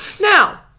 Now